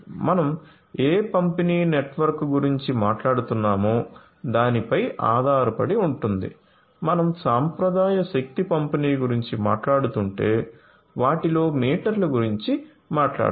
మనం ఏ పంపిణీ నెట్వర్క్ గురించి మాట్లాడుతున్నామో దానిపై ఆధారపడి ఉంటుంది మనం సాంప్రదాయ శక్తి పంపిణీ గురించి మాట్లాడుతుంటే వాటిలో మీటర్లు గురించి మాట్లాడాలి